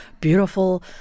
beautiful